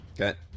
Okay